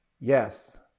Yes